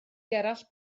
gerallt